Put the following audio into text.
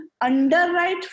underwrite